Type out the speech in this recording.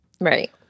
Right